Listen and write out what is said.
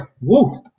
Woo